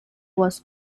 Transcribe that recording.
was